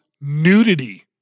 nudity